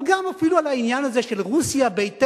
אבל גם, אפילו על העניין הזה של "רוסיה ביתנו",